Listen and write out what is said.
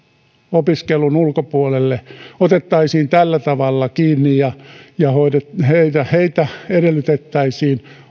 opiskelun ulkopuolelle otettaisiin tällä tavalla kiinni ja ja heidän edellytettäisiin